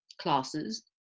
classes